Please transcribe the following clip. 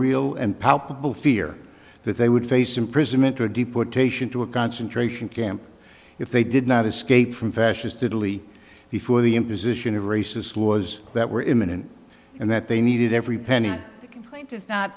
palpable fear that they would face imprisonment or deportation to a concentration camp if they did not escape from fascist italy before the imposition of racists laws that were imminent and that they needed every penny